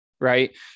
right